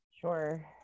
Sure